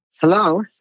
Hello